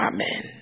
Amen